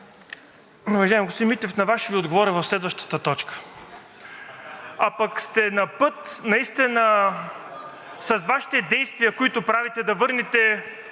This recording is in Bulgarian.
Уважаеми господин Митев, на Вас ще Ви отговоря в следващата точка. А пък сте напът наистина с Вашите действия, които правите, да върнете